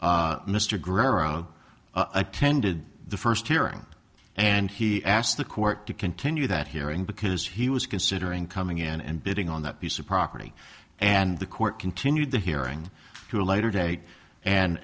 grow attended the first hearing and he asked the court to continue that hearing because he was considering coming in and bidding on that piece of property and the court continued the hearing to a later date